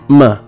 ma